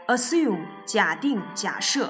Assume,假定,假设